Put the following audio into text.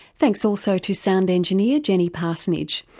thanks also to sound engineer jenny parsonage.